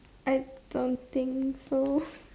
I don't think so